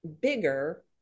bigger